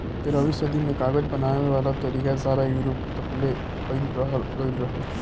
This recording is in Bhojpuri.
तेरहवीं सदी में कागज बनावे वाला तरीका सारा यूरोप तकले फईल गइल रहे